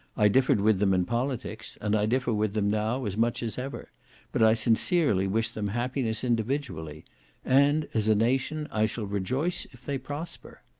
i differed with them in politics, and i differ with them now as much as ever but i sincerely wish them happiness individually and, as a nation, i shall rejoice if they prosper.